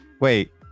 Wait